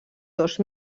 dos